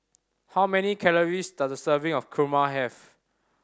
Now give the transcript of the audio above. how many calories does a serving of kurma have